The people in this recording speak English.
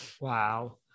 Wow